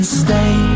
stay